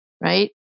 right